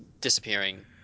disappearing